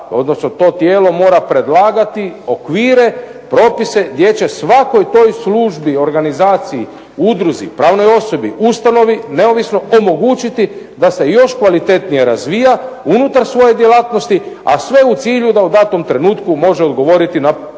je to tijelo mora predlagati okvire, propise gdje će svatko toj službi, organizaciji, udruzi, pravnoj osobi, ustanovi neovisno omogućiti da se još kvalitetnije razvija unutar svoje djelatnosti, a sve u cilju da u datom trenutku može odgovoriti na pitanja